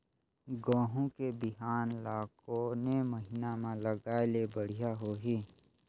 गहूं के बिहान ल कोने महीना म लगाय ले बढ़िया होही?